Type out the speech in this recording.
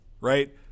right